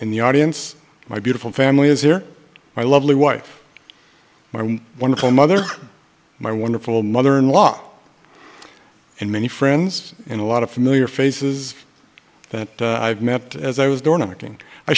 in the audience my beautiful family is here my lovely wife my wonderful mother my wonderful mother in law and many friends and a lot of familiar faces that i've met as i was